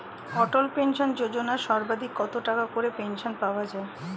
অটল pension যোজনা সর্বাধিক কত টাকা করে পেনশন পাওয়া যায়?